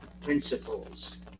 principles